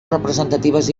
representatives